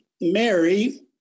Mary